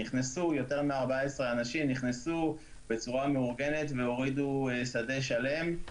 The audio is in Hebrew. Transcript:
נכנסו יותר מ-14 אנשים בצורה מאורגנת והורידו שדה שלם,